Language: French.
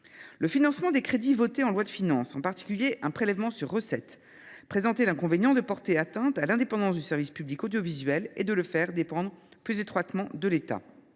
Le financement par des crédits votés en loi de finances, en particulier un prélèvement sur recettes, présentait l’inconvénient de porter atteinte à l’indépendance du service public audiovisuel et de le faire dépendre plus étroitement de l’État.